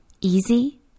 easy